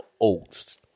oats